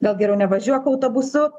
gal geriau nevažiuok autobusu